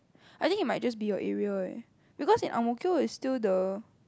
I think it might just be your area leh because in Ang-Mo-Kio is still the